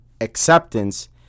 acceptance